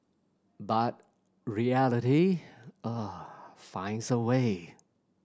but reality uh finds a way